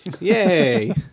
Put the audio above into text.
Yay